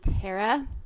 Tara